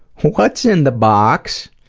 what's in the box?